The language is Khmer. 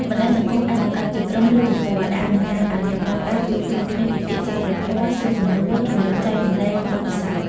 បណ្ដាញសង្គមអាចបង្កើតជាក្រុម ឬទំព័រ ដែលអនុញ្ញាតឱ្យអ្នកប្រើប្រាស់ជួបជុំគ្នាពិភាក្សាព្រះធម៌ សួរសំណួរ និងចែករំលែកបទពិសោធន៍។